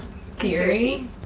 theory